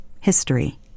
History